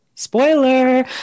spoiler